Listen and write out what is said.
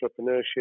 entrepreneurship